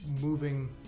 moving